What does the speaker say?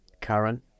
karen